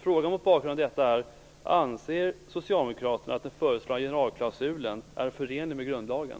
Frågan mot bakgrund av detta är: Anser socialdemokraterna att den föreslagna generalklausulen är förenlig med grundlagen?